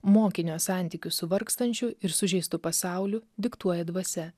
mokinio santykius su vargstančiu ir sužeistu pasauliu diktuoja dvasia